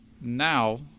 now